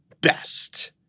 best